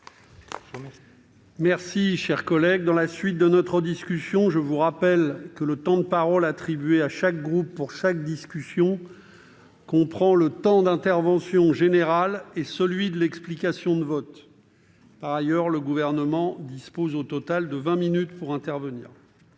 Mes chers collègues, je vous rappelle que le temps de parole attribué à chaque groupe pour chaque discussion comprend le temps de l'intervention générale et celui de l'explication de vote. Par ailleurs, le Gouvernement dispose au total de vingt minutes pour intervenir.